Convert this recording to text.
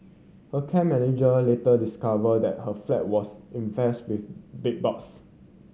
her care manager later discovered that her flat was infested with bedbugs